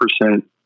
percent